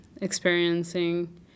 experiencing